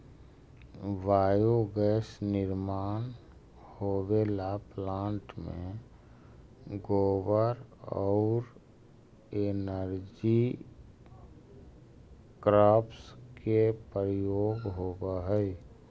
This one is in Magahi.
बायोगैस निर्माण होवेला प्लांट में गोबर औउर एनर्जी क्रॉप्स के प्रयोग होवऽ हई